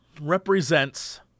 represents